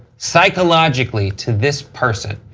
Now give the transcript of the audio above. psychologically, to this person,